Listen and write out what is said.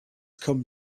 come